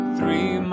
Three